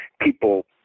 people